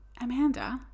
Amanda